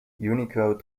unicode